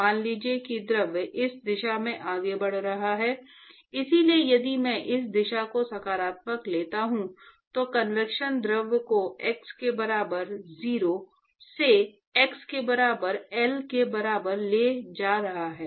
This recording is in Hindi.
मान लीजिए कि द्रव इस दिशा में आगे बढ़ रहा है इसलिए यदि मैं इस दिशा को सकारात्मक लेता हूं तो कन्वेक्शन द्रव को x के बराबर 0 से x के बराबर L के बराबर ले जा रहा है